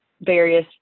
various